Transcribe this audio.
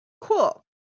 Cool